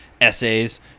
essays